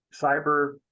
cyber